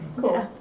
Cool